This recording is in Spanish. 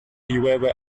llueve